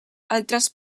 altres